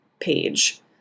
page